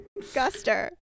Guster